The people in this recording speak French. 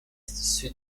sud